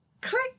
Click